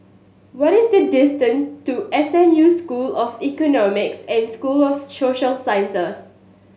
what is the distance to S M U School of Economics and School of Social Sciences